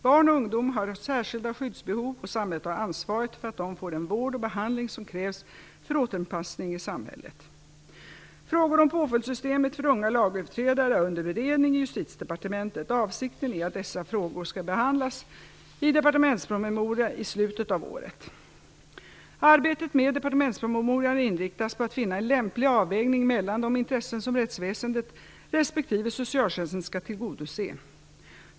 Barn och ungdomar har särskilda skyddsbehov, och samhället har ansvar för att de får den vård och behandling som krävs för återanpassningen i samhället. Frågor om påföljdssystemet för unga lagöverträdare är under beredning i Justitiedepartementet. Avsikten är att dessa frågor skall behandlas i en departementspromemoria i slutet av året. Arbetet med departementspromemorian inriktas på att finna en lämplig avvägning mellan de intressen som rättsväsendet respektive socialtjänsten skall tillgodose.